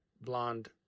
blonde